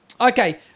Okay